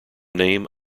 name